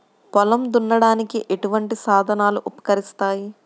పొలం దున్నడానికి ఎటువంటి సాధనలు ఉపకరిస్తాయి?